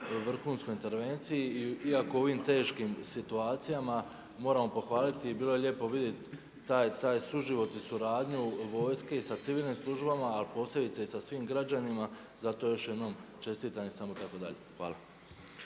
vrhunskoj intervenciji iako u ovim teškim situacijama moramo pohvaliti i bilo je lijepo vidjeti taj suživot i suradnju vojske i sa civilnim službama ali posebice i sa svim građanima, zato još jednom čestitam i samo tako dalje. Hvala.